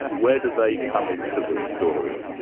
where do they come into the story?